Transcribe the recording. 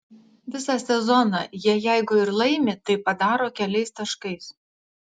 visą sezoną jie jeigu ir laimi tai padaro keliais taškais